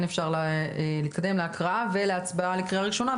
אפשר להתקדם להקראה ולהצבעה לקריאה ראשונה,